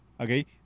okay